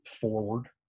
forward